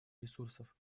ресурсов